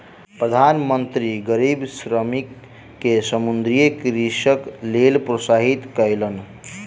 प्रधान मंत्री गरीब श्रमिक के समुद्रीय कृषिक लेल प्रोत्साहित कयलैन